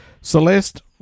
Celeste